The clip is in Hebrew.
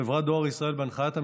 חברת דואר ישראל, בהנחיית המשרד,